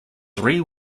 three